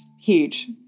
huge